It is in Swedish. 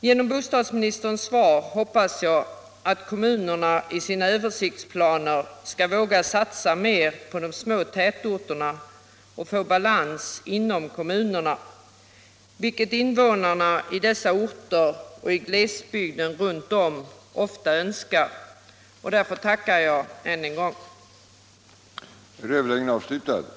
Genom bostadsministerns svar hoppas jag, att kommunerna i sina över — Om lämpligheten siktsplaner skall våga satsa mer på de små tätorterna och få balans inom = av svensk export av kommunerna, vilket invånarna i dessa orter och i glesbygderna runt om = kärnteknologi till ofta önskar. Därför tackar jag än en gång för svaret.